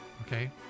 okay